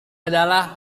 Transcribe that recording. adalah